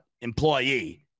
employee